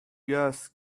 gas